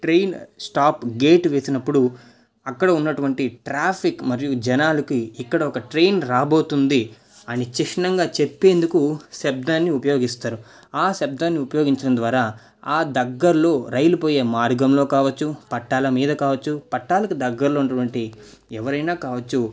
train stop gate వేసినప్పుడు అక్కడ ఉన్నటువంటి ట్రాఫిక్ మరియు జనాలకి ఇక్కడొక ట్రైన్ రాబోతుంది అని చిహ్నంగా చెప్పేందుకు శబ్దాన్ని ఉపయోగిస్తారు ఆ శబ్దాన్ని ఉపయోగించడం ద్వారా ఆ దగ్గరలో రైలు పోయే మార్గంలో కావచ్చు పట్టాల మీద కావచ్చు పట్టాలకు దగ్గరలో ఉన్నటువంటి ఎవరైనా కావచ్చు